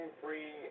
free